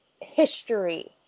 history